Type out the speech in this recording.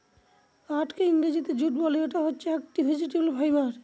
পাটকে ইংরেজিতে জুট বলে, ইটা হচ্ছে একটি ভেজিটেবল ফাইবার